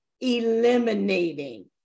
eliminating